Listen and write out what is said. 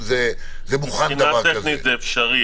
מבחינה טכנית זה אפשרי,